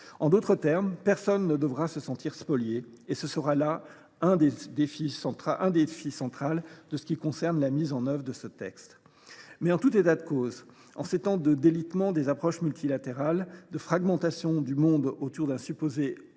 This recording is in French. En d’autres termes, personne ne devra se sentir spolié ; ce sera là un défi central dans la mise en œuvre de ce texte. En tout état de cause, en ces temps de délitement des approches multilatérales et de fragmentation du monde autour d’un supposé Occident